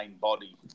body